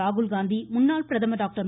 ராகுல்காந்தி முன்னாள் பிரதமர் டாக்டர்